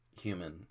human